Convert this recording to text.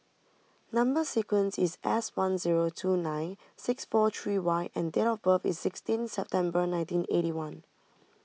Number Sequence is S one zero two nine six four three Y and date of birth is sixteen September nineteen eighty one